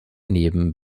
neben